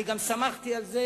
אני גם שמחתי על זה,